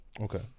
Okay